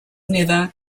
never